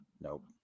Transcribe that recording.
Nope